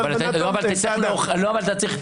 אבל אתה צריך להוכיח.